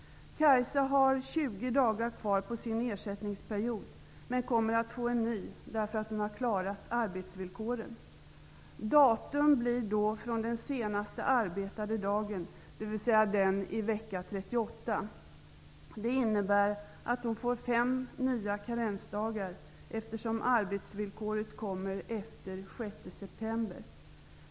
Kajsa har 20 dagar kvar på sin ersättningsperiod men kommer att få en ny, därför att hon har klarat arbetsvillkoren. Dagarna räknas då från den senaste arbetade dagen, dvs den i vecka 38. Det innebär att hon får fem nya karensdagar, eftersom arbetsvillkoret kommer efter den 6 september.